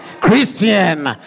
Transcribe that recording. Christian